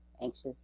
anxious